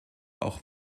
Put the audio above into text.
auch